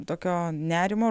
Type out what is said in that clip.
tokio nerimo